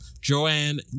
Joanne